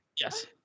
Yes